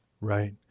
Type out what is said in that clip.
Right